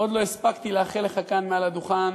עוד לא הספקתי לאחל לך כאן מעל הדוכן